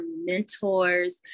mentors